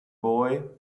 boy